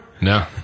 No